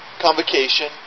convocation